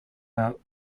are